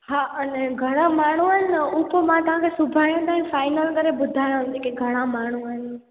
हा अने घणा माण्हू आहिनि न उह त मां तव्हांखे सुभाणे ताईं फाइनल करे ॿुधायांव थी की घणा माण्हू आहियूं